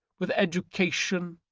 with education,